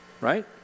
right